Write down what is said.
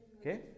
Okay